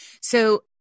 So-